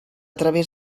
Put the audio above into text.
través